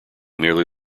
merely